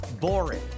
boring